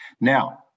Now